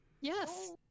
Yes